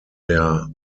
der